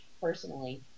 personally